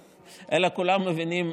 היו כאלה שהיו באים ומשמחים.